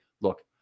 look